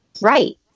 right